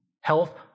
health